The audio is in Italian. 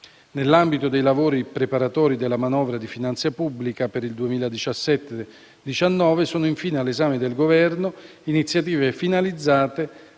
Nell'ambito dei lavori preparatori della manovra di finanza pubblica per il 2017-2019, sono, infine, all'esame del Governo iniziative finalizzate